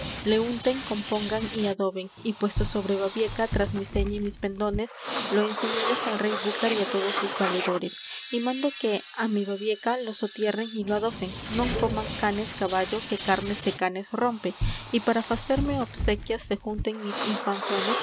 le unten compongan y adoben y puesto sobre babieca tras mi seña y mis pendones lo enseñedes al rey búcar y á todos sus valedores y mando que á mi babieca lo sotierren y lo adofen non coman canes caballo que carnes de canes rompe y para facerme obsequias se junten mis infanzones